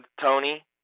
Tony